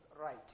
right